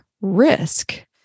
risk